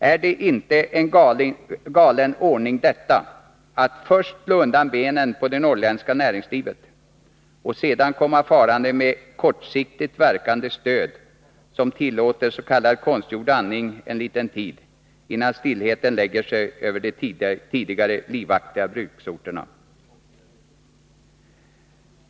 Är det inte en galen ordning att först slå undan benen på det norrländska näringslivet och sedan komma farande med kortsiktigt verkande stöd, som tillåter s.k. konstgjord andning under en kort tid, innan stillheten lägger sig över de tidigare livaktiga bruksorterna?